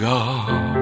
God